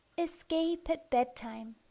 escape at bedtime